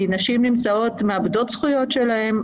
נשים מאבדות את הזכויות שלהן,